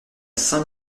saint